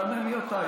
תענה לי אתה,